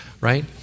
right